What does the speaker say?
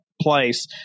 place